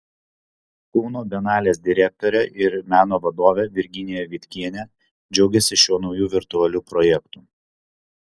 kauno bienalės direktorė ir meno vadovė virginija vitkienė džiaugiasi šiuo nauju virtualiu projektu